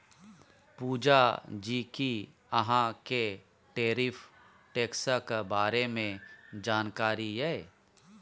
पुजा जी कि अहाँ केँ टैरिफ टैक्सक बारे मे जानकारी यै?